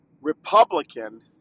Republican